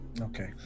okay